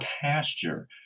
pasture